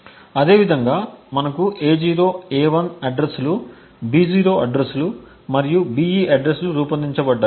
అదేవిధంగా మనకు A0 A1 అడ్రస్లు B0 అడ్రస్ లు మరియు BE అడ్రస్ లు రూపొందించబడ్డాయి